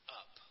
up